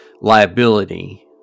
liability